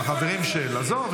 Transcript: תן לי דוגמה --- "החברים של" עזוב,